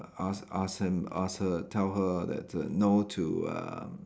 I ask I ask him I ask her tell her that err no to um